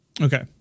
Okay